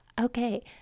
Okay